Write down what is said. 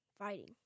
Fighting